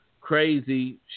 crazy